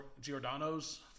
giordano's